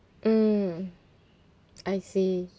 mm I see